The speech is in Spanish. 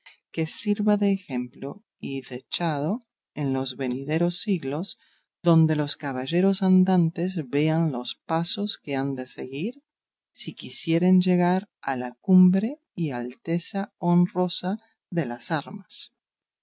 que sirva de ejemplo y dechado en los venideros siglos donde los caballeros andantes vean los pasos que han de seguir si quisieren llegar a la cumbre y alteza honrosa de las armas